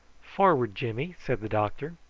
forward, jimmy! said the doctor,